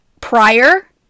prior